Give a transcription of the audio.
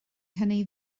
hynny